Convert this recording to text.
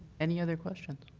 any other questions?